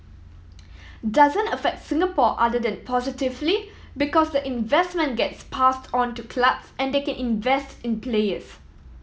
doesn't affect Singapore other than positively because the investment gets passed on to clubs and they can invest in players